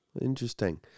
Interesting